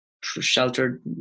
sheltered